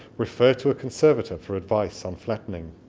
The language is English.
refer to a conservator for advice on flattening